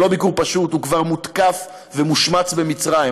זה לא ביקור פשוט, הוא כבר מותקף ומושמץ במצרים.